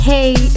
Hey